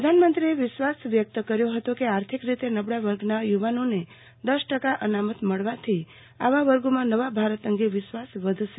પ્રધાનમંત્રીએ વિશ્વાસ વ્યક્ત કર્યો હતો કે આર્થિક રીતે નબળા વર્ગના યુવાનોને દસ ટકા અનામત મળવાથી આવા વર્ગોમાં નવા ભારત અંગે વિશ્વાસ વધશે